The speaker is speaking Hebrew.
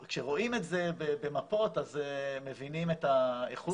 כשרואים את זה במפות, מבינים את האיכות.